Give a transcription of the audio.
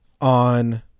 on